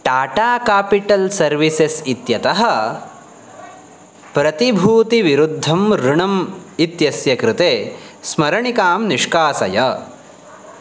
Tata capital services इत्यतः प्रतिभूतिविरुद्धं ऋणम् इत्यस्य कृते स्मरणिकां निष्कासय